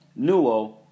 Nuo